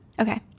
Okay